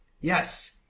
Yes